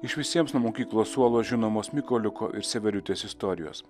iš visiems nuo mokyklos suolo žinomos mykoliuko ir severiutės istorijos